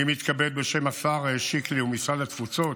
אני מתכבד להשיב בשם השר שיקלי ומשרד התפוצות,